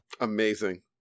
Amazing